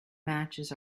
matches